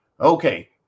Okay